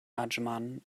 adschman